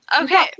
Okay